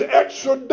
extra